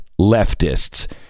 leftists